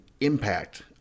impact